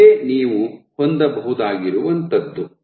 ಇದೆ ನೀವು ಹೊಂದಬಹುದಾಗಿರುವಂಥದ್ದು